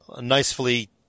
nicely